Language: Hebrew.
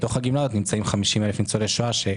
בתוך הגמלה הזאת נמצאים 50,000 ניצולי שואה שהם,